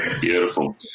Beautiful